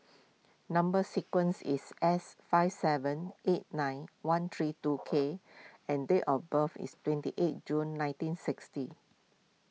Number Sequence is S five seven eight nine one three two K and date of birth is twenty eight June nineteen sixty